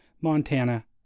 Montana